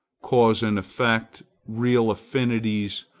cause and effect, real affinities,